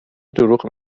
دروغ